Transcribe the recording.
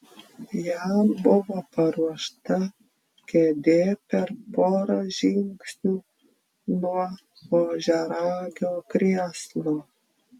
jam buvo paruošta kėdė per porą žingsnių nuo ožiaragio krėslo